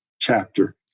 chapter